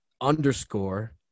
underscore